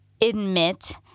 admit